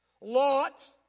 Lot